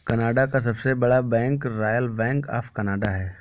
Canada का सबसे बड़ा bank Royal Bank of Canada है